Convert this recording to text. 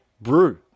brew